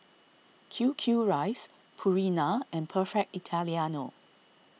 Q Q Rice Purina and Perfect Italiano